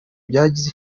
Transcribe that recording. byagize